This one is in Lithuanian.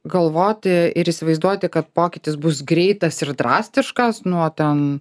galvoti ir įsivaizduoti kad pokytis bus greitas ir drastiškas nuo ten